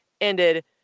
ended